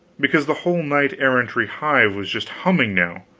because the whole knight-errantry hive was just humming now,